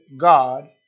God